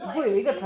no actually